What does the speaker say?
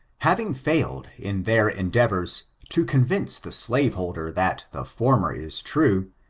having failed in their endeavors to convince the slaveholder that the former is true,